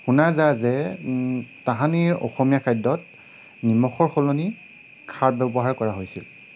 শুনা যায় যে তাহানিৰ অসমীয়া খাদ্যত নিমখৰ সলনি খাৰ ব্যৱহাৰ কৰা হৈছিল